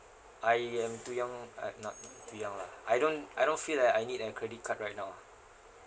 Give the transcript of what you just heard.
I am too young uh not too young lah I don't I don't feel like I need a credit card right now lah